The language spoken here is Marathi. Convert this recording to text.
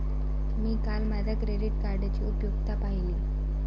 मी काल माझ्या क्रेडिट कार्डची उपयुक्तता पाहिली